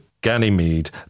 Ganymede